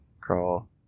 crawl